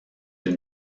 une